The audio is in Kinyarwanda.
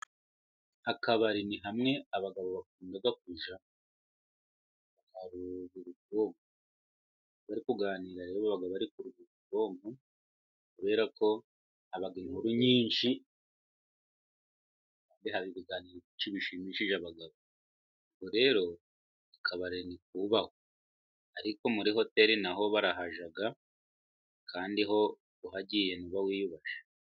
Akabari ni hamwe abagabo bakunda kujya ,hari urubyiruko bari kuganira rero baba bari kuruhura ubwonko, kubera ko haba inkuru nyinshi kandi hari ibiganiro byinshi bishimishije abagabo ,ubwo rero akabare nikubahwe, ariko muri hoteli na ho barahajya kandi ho uhagiye ni uba wiyubashye.